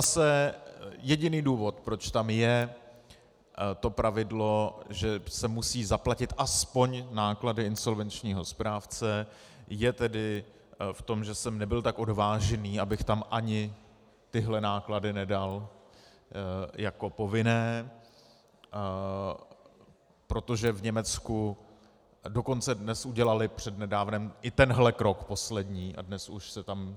Zase jediný důvod, proč tam je to pravidlo, že se musí zaplatit aspoň náklady insolvenčního správce, je tedy v tom, že jsem nebyl tak odvážný, abych tam ani tyhle náklady nedal jako povinné, protože v Německu dokonce dnes udělali přednedávnem i tenhle krok poslední a dnes už se tam